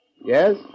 Yes